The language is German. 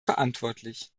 verantwortlich